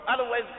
otherwise